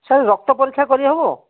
sir ରକ୍ତ ପରୀକ୍ଷା କରିହେବ